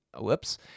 whoops